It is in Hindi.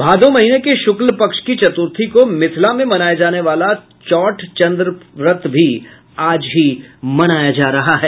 भादो महीने के शुल्क पक्ष की चतुर्थी को मिथिला में मनाये जाने वाला चौठ चंद्र व्रत भी आज ही मनाया जा रहा है